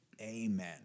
Amen